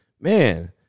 man